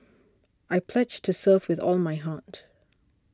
I pledge to serve with all my heart